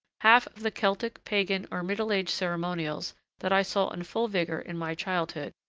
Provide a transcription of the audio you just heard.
half of the celtic, pagan, or middle-age ceremonials that i saw in full vigor in my childhood,